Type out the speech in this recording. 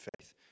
faith